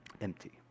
empty